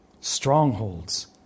strongholds